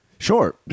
Sure